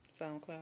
SoundCloud